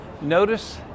notice